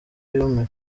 yumiwe